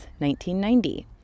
1990